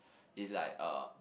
is like uh